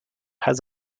has